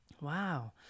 Wow